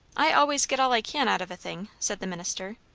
i always get all i can out of a thing, said the minister.